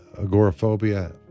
agoraphobia